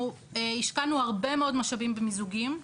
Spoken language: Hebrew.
אנחנו השקענו הרבה מאוד משאבים במיזוגים.